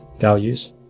values